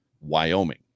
Wyoming